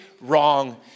wrong